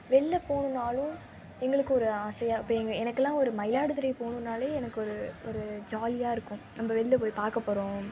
வெளில போகணும்னாலும் எங்களுக்கு ஒரு ஆசையாக இப்போ ஏ எனக்கெல்லாம் ஒரு மயிலாடுதுறை போகணும்னாலே எனக்கு ஒரு ஒரு ஜாலியாக இருக்கும் நம்ப வெளியில் போய் பார்க்க போகிறோம்